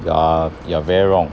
you're you're very wrong